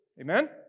Amen